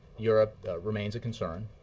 europe remains a concern.